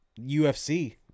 UFC